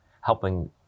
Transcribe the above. helping